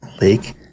Lake